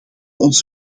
ons